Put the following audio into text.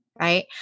Right